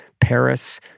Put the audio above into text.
Paris